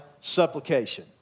supplication